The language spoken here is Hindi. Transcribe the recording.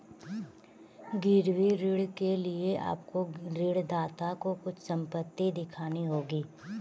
गिरवी ऋण के लिए आपको ऋणदाता को कुछ संपत्ति दिखानी होगी